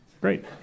Great